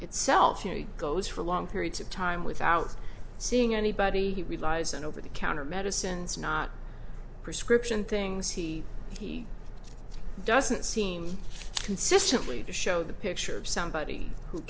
itself you know he goes for long periods of time without seeing anybody he relies and over the counter medicines not prescription things he he doesn't seem consistently to show the picture of somebody who